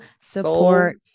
support